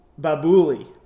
Babuli